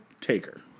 Taker